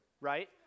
right